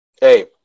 hey